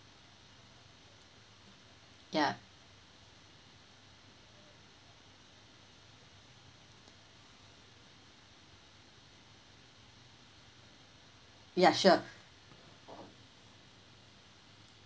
ya ya sure